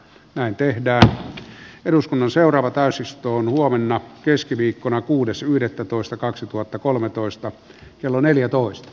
näin tehdään eduskunnan seuraava täysistunto huomenna keskiviikkona kuudes yhdettätoista kaksituhattakolmetoista kello neljätoista